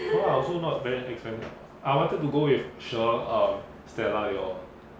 no lah I also not very big spender [what] I wanted to go with sher err stella they all